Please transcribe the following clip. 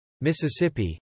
Mississippi